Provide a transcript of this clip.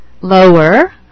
lower